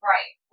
Right